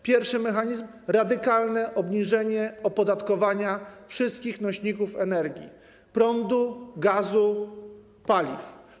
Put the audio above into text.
Pierwszy mechanizm: radykalne obniżenie opodatkowania wszystkich nośników energii, czyli prądu, gazu, paliw.